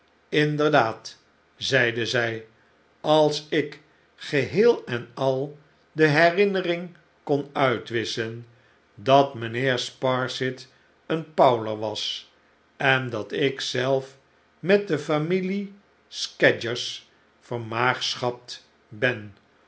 inderdaad zeide zij als ik geheel en al de herinnering kon uitwisschen dat mijnheer sparsit een powler was en dat ik zelf met de familie scadgers vermaagschapt ben